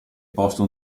posto